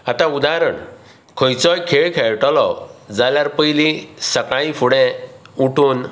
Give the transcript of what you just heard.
आतां उदाहरण खंयचोय खेळ खेळटलो जाल्यार पयली सकाळी फुडें उठून